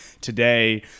today